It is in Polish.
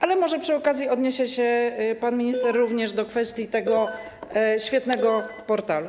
Ale może przy okazji odniesie się pan minister również do kwestii tego świetnego portalu.